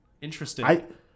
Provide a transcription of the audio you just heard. Interesting